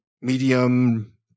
medium